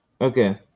Okay